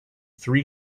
three